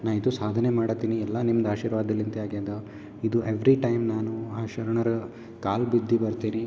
ನಾ ಇದು ಸಾಧನೆ ಮಾಡತೀನಿ ಎಲ್ಲಾ ನಿಮ್ದು ಆಶೀರ್ವಾದಲಿಂತೆ ಆಗ್ಯದಾ ಇದು ಎವ್ರಿ ಟೈಮ್ ನಾನು ಆ ಶರಣರ ಕಾಲು ಬಿದ್ದು ಬರ್ತೀನಿ